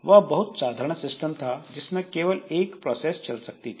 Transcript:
वह बहुत साधारण सिस्टम था जिसमें केवल एक प्रोसेस चल सकती थी